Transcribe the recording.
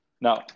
now